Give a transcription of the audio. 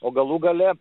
o galų gale